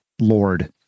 Lord